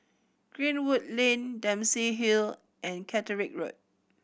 Greenwood Lane Dempsey Hill and Catterick Road